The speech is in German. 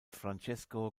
francesco